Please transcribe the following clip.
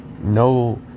No